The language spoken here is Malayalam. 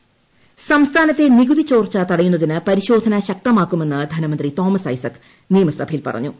തോമസ് ഐസക് സംസ്ഥാനത്തെ നികുതി ചോർച്ച തടയുന്നതിന് പരിശോധന ശക്തമാക്കുമെന്ന് ധനമന്ത്രി തോമസ് ഐസക് നിയമസഭയിൽ പറഞ്ഞു